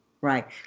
Right